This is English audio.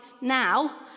now